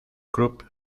krupp